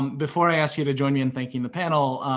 before i ask you to join me in thanking the panel,